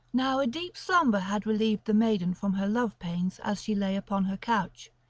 now a deep slumber had relieved the maiden from her love-pains as she lay upon her couch.